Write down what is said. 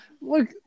look